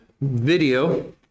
video